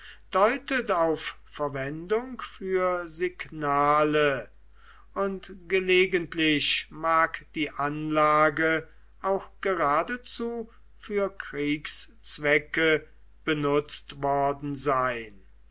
deutet auf verwendung für signale und gelegentlich mag die anlage auch geradezu für kriegszwecke benutzt worden sein